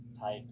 type